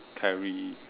carry